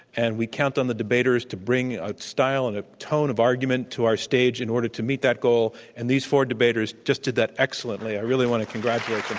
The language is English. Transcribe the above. and we count on the debaters to bring a style and a tone of argument to our stage in order to meet that goal. and these four debaters just did that excellently. i really want to congratulate